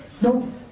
no